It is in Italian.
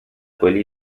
quelli